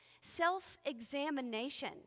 self-examination